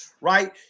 Right